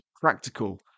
practical